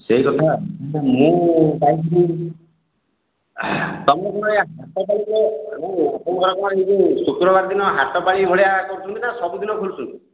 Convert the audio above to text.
ସେଇ କଥା ମୁଁ କାହିଁକି ଶୁକ୍ରବାର ଦିନ ହାଟ ପାଳି ଭଳିଆ କରୁଛନ୍ତି ନା ସବୁଦିନ ଖୋଲୁଛନ୍ତି